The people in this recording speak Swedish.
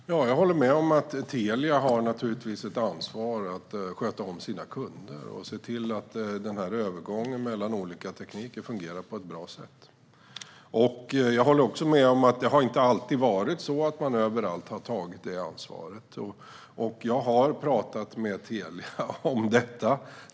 Herr talman! Jag håller med om att Telia naturligtvis har ett ansvar att sköta om sina kunder och se till att denna övergång mellan olika tekniker fungerar på ett bra sätt. Jag håller också med om att det inte alltid har varit så att man överallt har tagit detta ansvar. Jag har talat med Telia om detta.